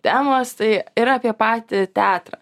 temos tai ir apie patį teatrą